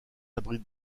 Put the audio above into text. abrite